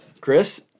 Chris